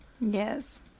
yes